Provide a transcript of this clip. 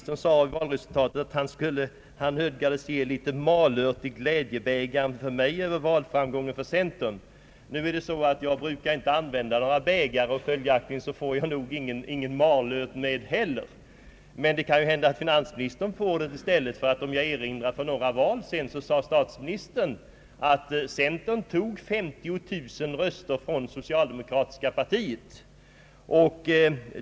Beträffande valresultatet sade finansministern att han nödgades hälla litet malört i min glädjebägare över centerpartiets framgång. Nu brukar inte jag använda några bägare, och följaktligen får jag nog ingen malört heller. Men det kan. ju tänkas att finansministern får det i stället, ty jag erinrar mig ett uttalande av statsministern vid ett tidigare val, då han sade att centerpartiet tog 50 000 röster från det socialdemokratiska partiet.